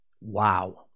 Wow